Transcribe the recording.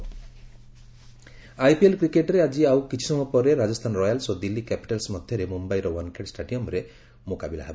IPL IPL କ୍ରିକେଟରେ ଆଜି ଆଉ କିଛି ସମୟ ପରେ ରାଜସ୍ଥାନ ରୟାଲ୍ସ୍ ଓ ଦିଲ୍ଲୀ କ୍ୟାପିଟାଲ୍ସ୍ ମଧ୍ୟରେ ମୁମ୍ୟାଇର ୱାନ୍ଖେଡ୍ ଷ୍ଟାଡିୟମ୍ରେ ମୁକାବିଲା ହେବ